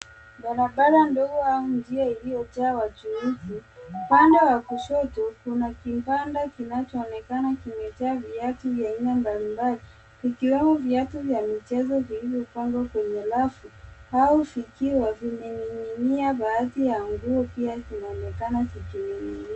Barabara ndogo au njia iliyojaa wachuuzi. Upande wa kushoto kuna kibanda kinachoonekana kimejaa viatu vya aina mbalimbali vikiwemo viatu vya michezo vilivyopangwa kwenye rafu au vikiwa vimening'inia. Baadhi ya nguo pia zinaonekana zikining'inia.